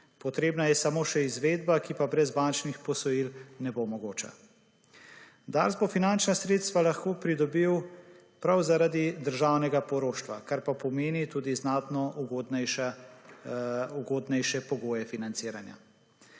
Potrebna je samo še izvedba, ki pa brez bančnih posojil ne bo mogoča. Dars bo finančna sredstva lahko pridobil prav zaradi državnega poroštva, kar pa pomeni tudi znatno ugodnejše pogoje financiranja.